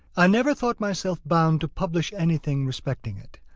i never thought myself bound to publish anything respecting it.